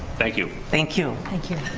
thank you. thank you. thank you.